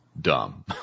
dumb